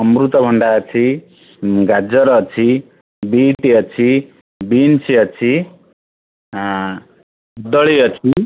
ଅମୃତଭଣ୍ଡା ଅଛି ଗାଜର ଅଛି ବିଟ୍ ଅଛି ବିନ୍ସ୍ ଅଛି କଦଳୀ ଅଛି